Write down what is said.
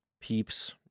Peep's